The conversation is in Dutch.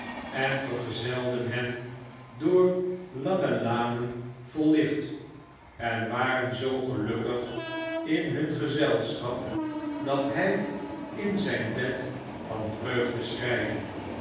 en vergezelden hen door lange lanen vollicnt en waren zoo gelukkig in hun gezelschap dat hy in zyn bed van vreugde